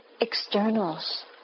externals